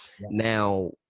Now